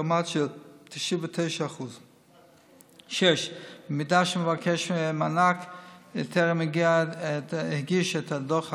ברמה של 99%. אם מבקש מענק טרם הגיש את הדוח הקובע,